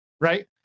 right